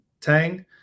Tang